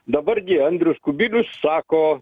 dabar gi andrius kubilius sako